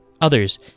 Others